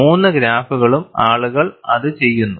മൂന്ന് ഗ്രാഫുകളും ആളുകൾ അത് ചെയ്യുന്നു